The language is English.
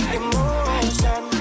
emotion